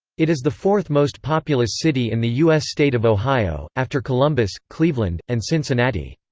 it is the fourth-most-populous city in the u s. state of ohio, after columbus, cleveland, and cincinnati.